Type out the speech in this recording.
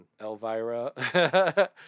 Elvira